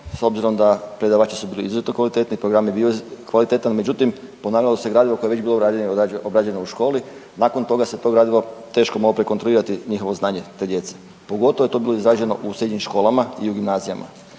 s obzirom da predavači su bili izuzetno kvalitetni, program je bio kvalitetan, međutim ponavljalo se gradivo koje je već bilo obrađeno u školi, nakon toga se to gradivo teško moglo prekontrolirati njihovo znanje te djece. Pogotovo je to bilo izraženo u srednjim školama i u gimnazijama.